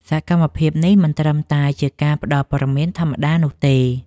សកម្មភាពនេះមិនត្រឹមតែជាការផ្ដល់ព័ត៌មានធម្មតានោះទេ។